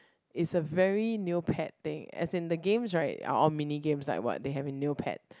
it's a very neo pet thing as in the games right are all mini games like what they have a neo pet